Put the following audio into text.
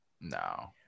No